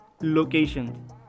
location